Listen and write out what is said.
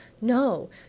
No